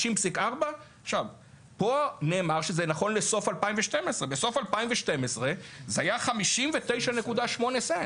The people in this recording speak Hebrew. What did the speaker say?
פה נאמר שזה נכון לסוף 2012. בסוף 2012 זה היה 59.8 סנט.